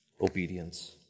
obedience